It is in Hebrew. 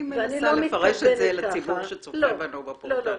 אני מנסה לפרש את זה לציבור שרואה אותנו בפורטל.